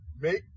make